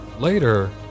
Later